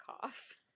cough